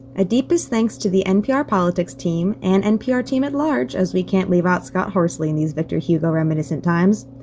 a deepest thanks to the npr politics team and npr team at large, as we can't leave out scott horsley in these victor hugo-reminiscent times.